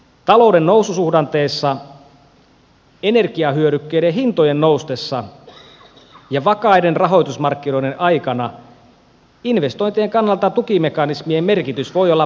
talouden noususuhdanteessa energiahyödykkeiden hintojen noustessa ja vakaiden rahoitusmarkkinoiden aikana investointien kannalta tukimekanismien merkitys voi olla vähäinen